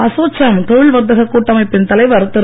ASSOCHAM தொழில் வர்த்தகக் கூட்டமைப்பின் தலைவர் திரு